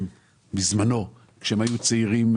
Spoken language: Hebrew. כשהם היו צעירים,